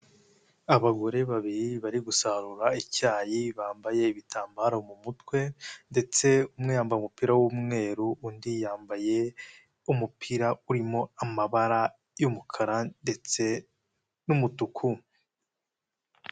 Abagore babiri bari gusarura icyayi, bambaye ibitambaro mu mutwe ndetse umwemba umupira w'umweru, undi yambaye umupira urimo amabara y'umukara ndetse n'umutuku.